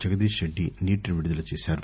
జగదీష్రెడ్ది నీటిని విడుదల చేశారు